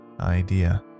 idea